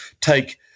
take –